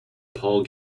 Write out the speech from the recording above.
paul